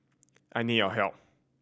I need your help